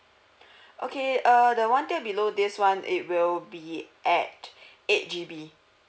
okay uh the one tier below this [one] it will be at eight G_B